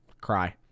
Cry